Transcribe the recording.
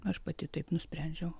aš pati taip nusprendžiau